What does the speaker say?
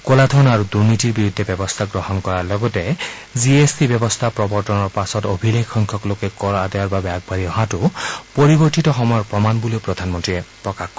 কলা ধন আৰু দুৰ্নীতিৰ বিৰুদ্ধে ব্যৱস্থা গ্ৰহণৰ লগতে জি এছ টি ব্যৱস্থা প্ৰৱৰ্তনৰ পাছত অভিলেখ সংখ্যক লোকে কৰ আদায়ৰ বাবে আগবাঢ়ি অহাটো পৰিৱৰ্তিত সময়ৰ প্ৰমাণ বুলিও প্ৰধানমন্ত্ৰীয়ে প্ৰকাশ কৰে